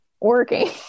working